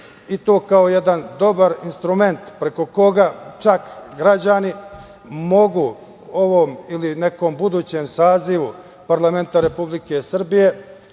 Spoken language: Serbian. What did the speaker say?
i to kao jedan dobar instrument preko koga čak građani mogu ovom ili nekom budućem sazivu parlamenta Republike Srbije